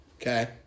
Okay